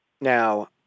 Now